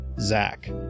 Zach